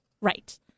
Right